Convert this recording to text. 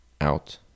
out